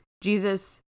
Jesus